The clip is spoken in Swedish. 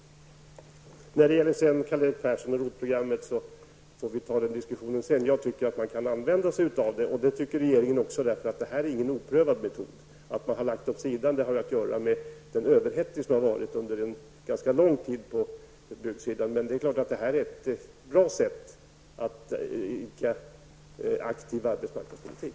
programmet vill jag säga att vi kan ta en diskussion senare. Jag, liksom regeringen, tycker att man kan använda sig av detta program. Metoden är inte oprövad. Att programmet har lagts åt sidan beror på den överhettning som under en lång tid har funnits på byggsidan. Det är emellertid klart att det är ett bra sätt när det gäller att föra aktiv arbetsmarknadspolitik.